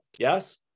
Yes